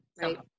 Right